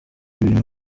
ibintu